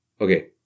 Okay